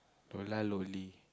Lola Loli